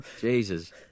Jesus